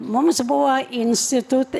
mums buvo institut